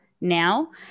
now